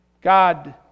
God